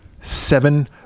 seven